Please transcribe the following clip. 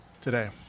today